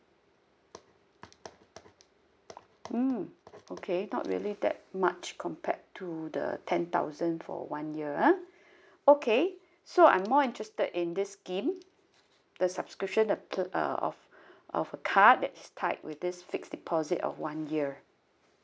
mm okay not really that much compared to the ten thousand for one year ah okay so I'm more interested in this scheme the subscription uh p~ uh of of a card that is tied with this fixed deposit of one year